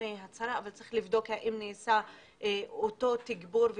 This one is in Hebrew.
האם נעשה אותו תגבור,